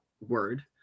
word